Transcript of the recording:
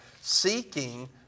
seeking